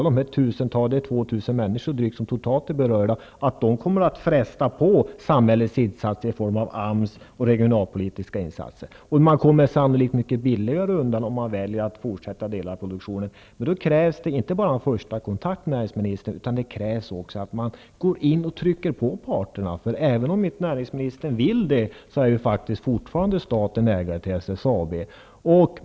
De 2 000 människor som är berörda kommer att fresta på samhällets insatser i form av AMS och regionalpolitiska åtgärder. Man kommer sannolikt mycket billigare undan om man väljer att fortsätta delar av produktionen. Men då krävs det inte bara en första kontakt, näringsministern, utan också att man går in och trycker på parterna. Staten är fortfarande ägare till SSAB, även om näringsministern inte vill det.